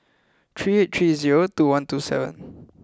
three eight three zero two one two seven